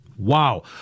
wow